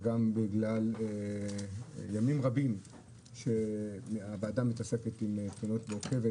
גם בגלל ימים רבים שהוועדה מתעסקת עם תאונות הדרכים